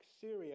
Syria